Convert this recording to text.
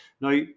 Now